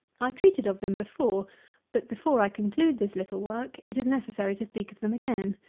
i treated of them before but before i conclude this little work, it is necessary to speak of them again.